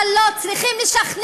אבל לא,